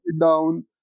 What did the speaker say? down